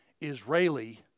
Israeli